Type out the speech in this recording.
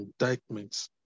indictments